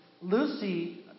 Lucy